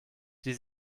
die